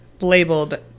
labeled